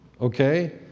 Okay